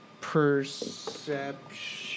perception